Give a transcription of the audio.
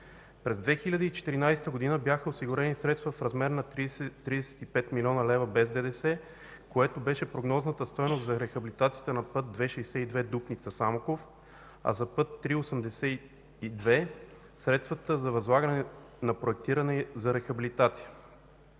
През 2014 г. бяха осигурени средства в размер на 35 млн. лв., без ДДС, което беше прогнозната стойност за рехабилитацията на път ІІ-62 Дупница – Самоков, а за път ІІІ-82 средствата за възлагане на проектиране за рехабилитация,